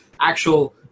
actual